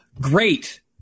Great